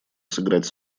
сыграть